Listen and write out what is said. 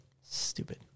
Stupid